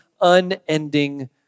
unending